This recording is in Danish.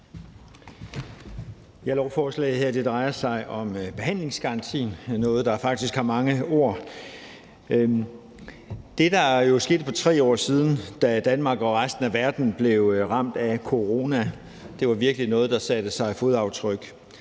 Det her lovforslag drejer sig om behandlingsgaranti – det er noget, der faktisk har mange ord. Det, der jo skete for 3 år siden, da Danmark og resten af verden blev ramt af corona, var virkelig noget, der satte aftryk.